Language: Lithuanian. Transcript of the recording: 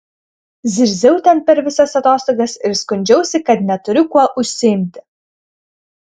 zirziau ten per visas atostogas ir skundžiausi kad neturiu kuo užsiimti